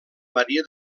maria